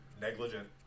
negligent